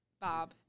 Bob